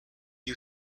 you